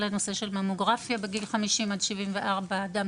באמצעות ממוגרפיה בגיל 50 וביצוע בדיקות דם